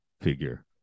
figure